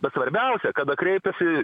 bet svarbiausia kada kreipėsi